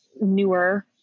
newer